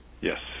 Yes